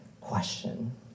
question